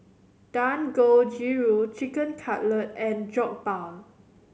Dangojiru Chicken Cutlet and Jokbal